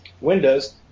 Windows